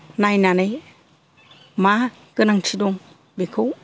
नायनानै मा गोनांथि दं बेखौ